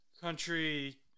country